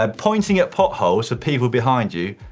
um pointing at potholes for people behind you,